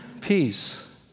peace